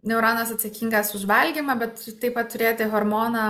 neuronas atsakingas už valgymą bet taip pat turėti hormoną